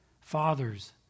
Fathers